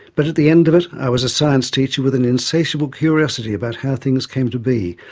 but at the end of it, i was a science teacher with an insatiable curiosity about how things came to be,